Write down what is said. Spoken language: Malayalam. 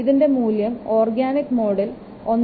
ഇതിൻറെ മൂല്യം ഓർഗാനിക് മോഡിൽ 1